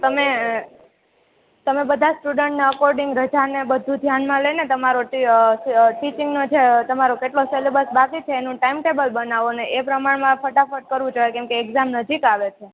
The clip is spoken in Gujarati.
તમે તમે સ્ટુડન્ટના એકકોર્ડિંગ રજા ને બધું ધ્યાન ન લે ને તમારું ટીચિંગનો જે કેટલો સિલેબસ બાકી છે એનું ટાઈમટેબલ બનાવો ને એ પ્રમાણમાં ફટાફટ કરવું જોઈએ કેમ કે એક્ષામ નજીક આવે છે